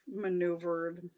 maneuvered